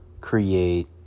create